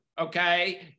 okay